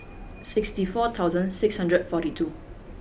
sixty four thousand six hundred forty two